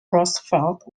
roosevelt